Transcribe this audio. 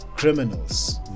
Criminals